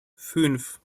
fünf